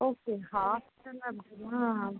ஓகேகா hostel அப்படின்னா